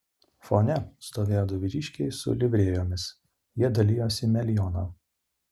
fone stovėjo du vyriškiai su livrėjomis jie dalijosi melioną